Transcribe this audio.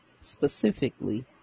specifically